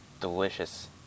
delicious